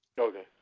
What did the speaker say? Okay